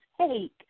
take